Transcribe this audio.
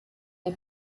der